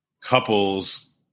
couples